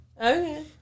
Okay